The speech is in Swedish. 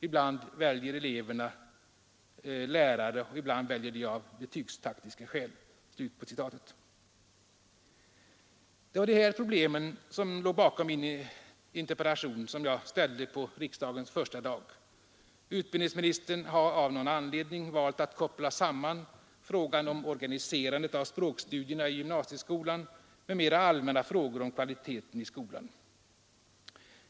Ibland väljer eleverna lärare och ibland väljer de av betygstaktiska skäl.” Det var de här problemen som låg bakom den interpellation som jag framställde på riksdagens första dag. Utbildningsministern har av någon anledning valt att koppla samman frågan om organiserandet av språkstudierna i gymnasieskolan med mera allmänna frågor om kvaliteten i skolan.